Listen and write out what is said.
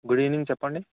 good evening చెప్పండి